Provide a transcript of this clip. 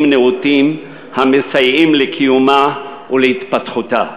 נאותים המסייעים לקיומה ולהתפתחותה.